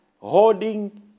holding